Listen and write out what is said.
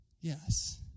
yes